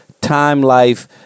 time-life